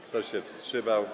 Kto się wstrzymał?